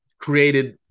created